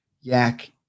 yak